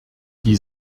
die